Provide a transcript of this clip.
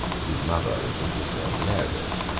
whose mother was the sister of galerius.